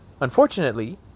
Unfortunately